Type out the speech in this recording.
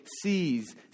sees